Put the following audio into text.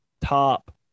top